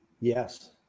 yes